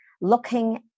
looking